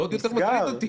זה עוד יותר מטריד אותי,